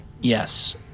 Yes